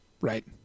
right